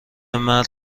مرد